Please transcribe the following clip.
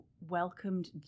welcomed